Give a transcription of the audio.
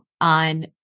on